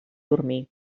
dormir